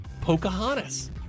Pocahontas